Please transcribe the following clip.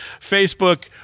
Facebook